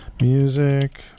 music